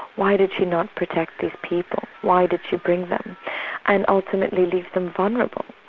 why did she not protect these people? why did she bring them and ultimately leave them vulnerable.